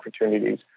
opportunities